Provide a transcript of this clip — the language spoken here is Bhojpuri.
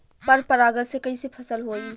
पर परागण से कईसे फसल होई?